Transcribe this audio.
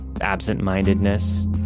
absent-mindedness